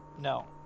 no